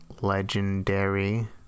legendary